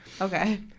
Okay